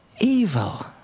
evil